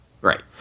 right